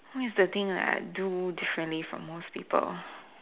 what is the thing that I do differently from most people